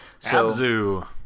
Abzu